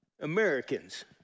Americans